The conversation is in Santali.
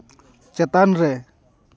ᱪᱮᱛᱟᱱ ᱨᱮ